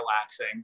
relaxing